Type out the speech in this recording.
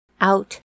out